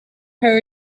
her